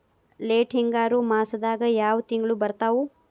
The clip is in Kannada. ಲೇಟ್ ಹಿಂಗಾರು ಮಾಸದಾಗ ಯಾವ್ ತಿಂಗ್ಳು ಬರ್ತಾವು?